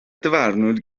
dyfarnwr